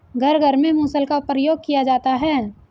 घर घर में मुसल का प्रयोग किया जाता है